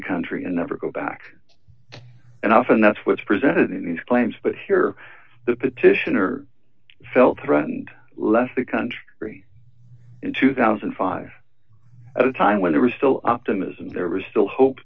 the country in never go back and often that's what's presented in these claims but here the petitioner felt threatened left the country in two thousand and five at a time when he was still optimism there was still hope